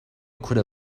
could